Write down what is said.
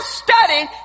studied